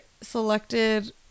selected